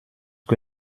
que